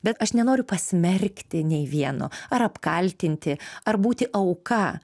bet aš nenoriu pasmerkti nei vieno ar apkaltinti ar būti auka